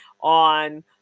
on